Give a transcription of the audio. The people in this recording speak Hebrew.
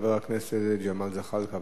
חבר הכנסת ג'מאל זחאלקה,